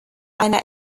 einer